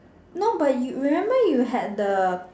no but you remember you had the